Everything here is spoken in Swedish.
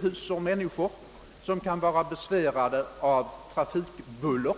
hus och människor i Malmö kan vara besvärade av trafikbuller.